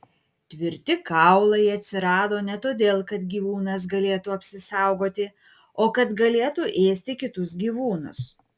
tvirti kaulai atsirado ne todėl kad gyvūnas galėtų apsisaugoti o kad galėtų ėsti kitus gyvūnus